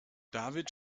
david